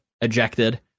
ejected